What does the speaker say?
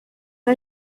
for